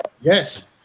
yes